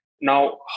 Now